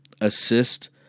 assist